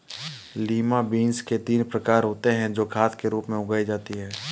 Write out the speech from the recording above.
lima beans के तीन प्रकार होते हे जो खाद के रूप में उगाई जाती हें